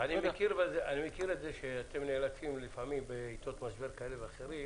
אני מכיר את זה שאתם נאלצים לפעמים בעתות משבר לבצע